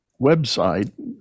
website